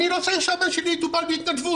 אני לא צריך שהבן שלי יטופל בהתנדבות,